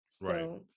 Right